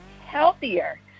healthier